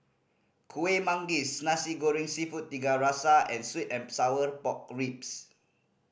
Kueh Manggis Nasi Goreng Seafood Tiga Rasa and sweet and sour pork ribs